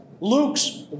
Luke's